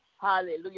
Hallelujah